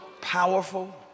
powerful